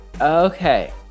Okay